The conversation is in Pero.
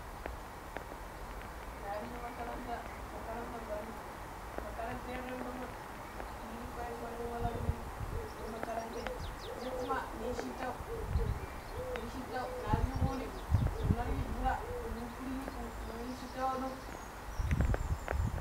Toh ne arji makaranta, makaranta gwandum makarata yokono tomon yiji koyeswa shin walla ti pidi nin makaranta ne, kuma niyi shittau niyi shittau ne arji kuri, mun larrui jura minu ukurji muminu yi shittau ya dom